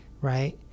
right